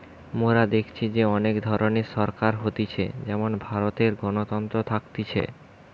মোরা দেখেছি যে অনেক ধরণের সরকার হতিছে যেমন ভারতে গণতন্ত্র থাকতিছে